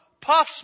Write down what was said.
puffs